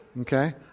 Okay